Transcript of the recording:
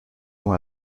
dont